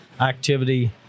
activity